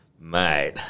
mate